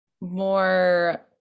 more